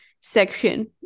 section